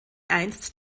einst